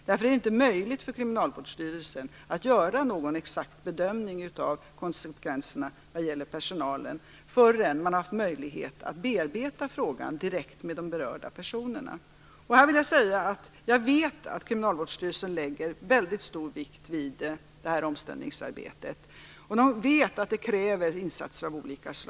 Därför är det inte möjligt för Kriminalvårdsstyrelsen att göra någon exakt bedömning av konsekvenserna när det gäller personalen förrän man har haft möjlighet att bearbeta frågan direkt med de berörda personerna. Jag vet att Kriminalvårdsstyrelsen lägger väldigt stor vikt vid detta omställningsarbete. De vet att det kräver insatser av olika slag.